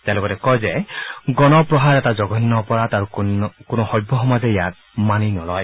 তেওঁ লগত কয় যে গণপ্ৰহাৰ এটা জঘণ্য অপৰাধ আৰু কোনো সভ্য সমাজে ইয়াক মানি নলয়